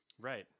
right